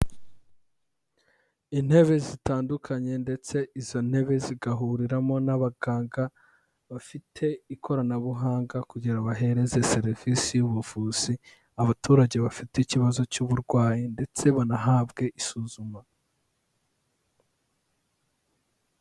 Intebe zitandukanye ndetse izo ntebe zigahuriramo n'abaganga, bafite ikoranabuhanga kugira bahereze serivisi y'ubuvuzi abaturage bafite ikibazo cy'uburwayi ndetse banahabwe isuzuma.